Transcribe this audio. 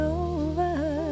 over